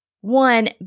One